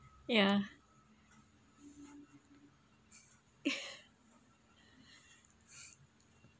ya